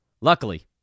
Luckily